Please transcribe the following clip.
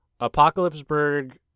Apocalypseburg